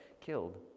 Killed